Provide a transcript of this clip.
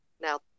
Now